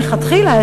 מלכתחילה,